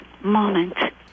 moment